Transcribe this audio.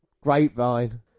Grapevine